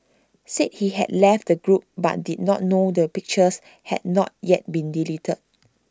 said he had left the group but did not know that the pictures had not yet been deleted